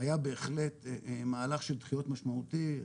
היה בהחלט מהלך של דחיות משמעותי,